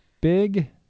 Big